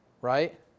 right